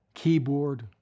keyboard